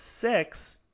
six